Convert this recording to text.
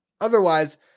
Otherwise